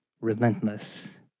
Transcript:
relentless